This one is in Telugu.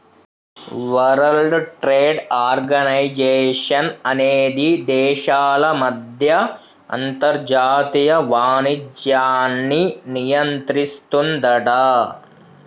వరల్డ్ ట్రేడ్ ఆర్గనైజేషన్ అనేది దేశాల మధ్య అంతర్జాతీయ వాణిజ్యాన్ని నియంత్రిస్తుందట